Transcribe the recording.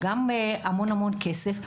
וגם המון כסף,